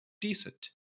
decent